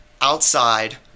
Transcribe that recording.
outside